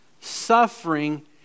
Suffering